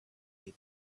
able